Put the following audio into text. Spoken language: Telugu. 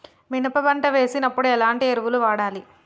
మినప పంట వేసినప్పుడు ఎలాంటి ఎరువులు వాడాలి?